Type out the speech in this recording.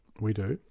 we do,